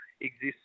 exists